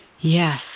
Yes